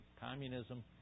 Communism